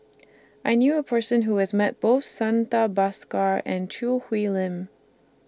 I knew A Person Who has Met Both Santha Bhaskar and Choo Hwee Lim